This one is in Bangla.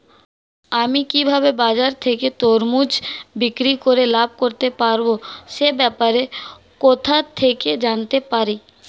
আমি কিভাবে বাজার থেকে তরমুজ বিক্রি করে লাভ করতে পারব সে ব্যাপারে কোথা থেকে জানতে পারি?